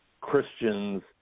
Christians